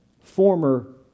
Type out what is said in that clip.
former